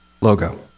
logo